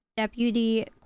deputy